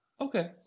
Okay